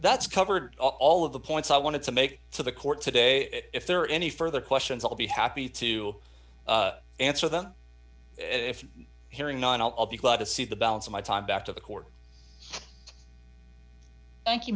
that's covered all of the points i wanted to make to the court today if there are any further questions i'll be happy to answer them if you hearing on i'll be glad to see the balance of my time back to the court thank you